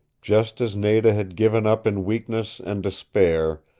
just as nada had given up in weakness and despair,